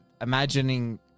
imagining